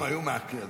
פעם היו מעקלים.